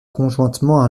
conjointement